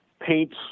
paints